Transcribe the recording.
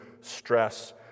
stress